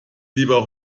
lieber